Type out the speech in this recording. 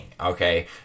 Okay